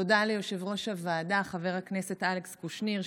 תודה ליושב-ראש הוועדה חבר הכנסת אלכס קושניר,